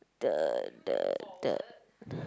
the the the